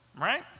Right